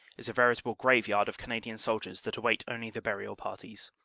is a veritable graveyard of cana dian soldiers-they await only the burial parties.